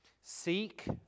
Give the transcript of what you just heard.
Seek